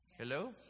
Hello